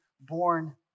born